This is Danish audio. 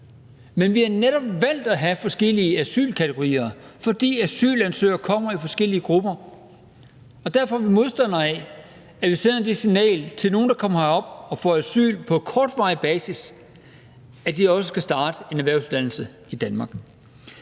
men vi har netop valgt at have forskellige asylkategorier, fordi asylansøgere kommer i forskellige grupper. Og derfor er vi modstandere af, at vi sender det signal til nogle, der kommer herop og får asyl på kortvarig basis, at de også kan starte en erhvervsuddannelse i Danmark.